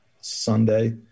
Sunday